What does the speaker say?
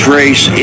race